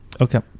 Okay